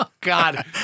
god